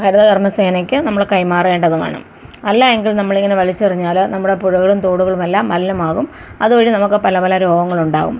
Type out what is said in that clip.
ഹരിതകർമ്മസേനയ്ക്ക് നമ്മള് കൈമാറേണ്ടതുമാണ് അല്ലായെങ്കിൽ നമ്മളിങ്ങനെ വലിച്ചെറിഞ്ഞാല് നമ്മുടെ പുഴകളും തോടുകളുമെല്ലാം മലിനമാകും അതുവഴി നമുക്ക് പല പല രോഗങ്ങളുമുണ്ടാകും